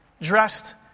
dressed